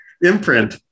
Imprint